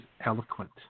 eloquent